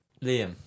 Liam